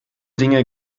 dinge